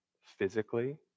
physically